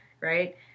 right